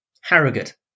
Harrogate